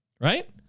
right